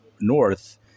north